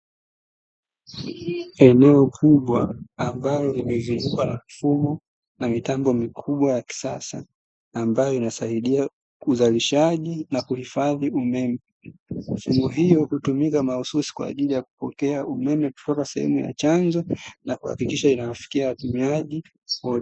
Eneo kubwa ambalo limezungukwa na mifumo na mitambo mikubwa ya kisasa ambayo inasaidia uzalishaji na kuhifadhi umeme, mifumo hiyo hutumika mahususi kwa ajili ya kupokea umeme kutoka sehemu ya chanzo, na kuhakikisha inawafikia watumiaji wote.